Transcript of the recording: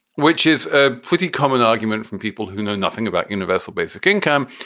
which is a pretty common argument from people who know nothing about universal basic income.